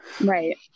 Right